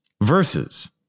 versus